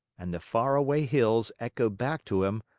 and the far-away hills echoed back to him,